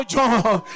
John